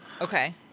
okay